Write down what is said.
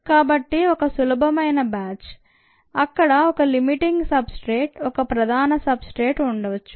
కాబట్టి అది ఒక సులభమైన బ్యాచ్ అక్కడ ఒక లిమిటింగ్ సబ్ స్ట్రేట్ ఒక ప్రధాన సబ్ స్ట్రేట్ ఉండొచ్చు